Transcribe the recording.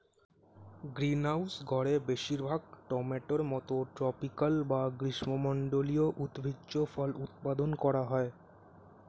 greenhouse ঘরে বেশিরভাগ টমেটোর মতো ট্রপিকাল বা গ্রীষ্মমন্ডলীয় উদ্ভিজ্জ ফল উৎপাদন করা হয়